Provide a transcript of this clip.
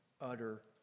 utter